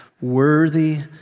worthy